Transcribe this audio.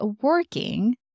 working